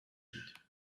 eat